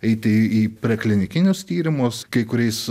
eiti į preklinikinius tyrimus kai kuriais